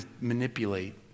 manipulate